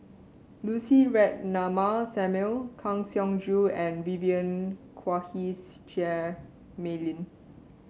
Lucy Ratnammah Samuel Kang Siong Joo and Vivien Quahe Seah Mei Lin